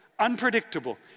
unpredictable